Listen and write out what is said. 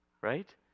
right